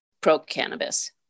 pro-cannabis